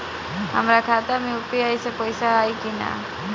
हमारा खाता मे यू.पी.आई से पईसा आई कि ना?